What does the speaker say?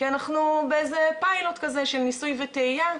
כי אנחנו באיזה פיילוט כזה של ניסוי וטעייה,